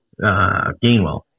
Gainwell